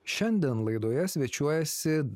šiandien laidoje svečiuojasi